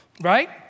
right